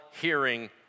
hearing